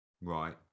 Right